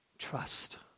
Trust